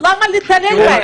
למה להתעלל בהם?